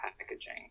packaging